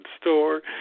store